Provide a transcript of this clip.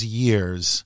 years